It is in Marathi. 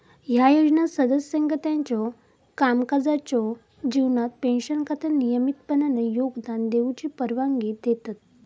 ह्या योजना सदस्यांका त्यांच्यो कामकाजाच्यो जीवनात पेन्शन खात्यात नियमितपणान योगदान देऊची परवानगी देतत